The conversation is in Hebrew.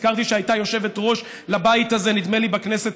הזכרתי שהייתה יושבת-ראש לבית הזה, נדמה לי בכנסת